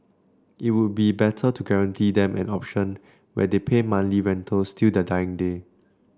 it would be better to guarantee them an option where they pay monthly rentals till their dying day